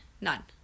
None